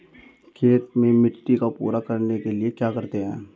खेत में मिट्टी को पूरा करने के लिए क्या करते हैं?